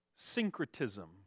syncretism